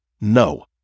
no